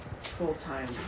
full-time